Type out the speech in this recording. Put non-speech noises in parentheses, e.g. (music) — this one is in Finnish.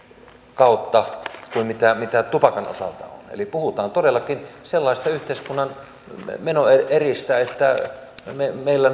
kautta kuin mitä tupakan osalta on eli puhutaan todellakin sellaisista yhteiskunnan menoeristä että meillä (unintelligible)